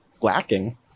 lacking